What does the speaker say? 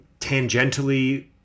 tangentially